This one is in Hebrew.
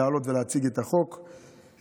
לעלות ולהציג את החוק,